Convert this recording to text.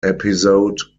episode